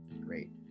Great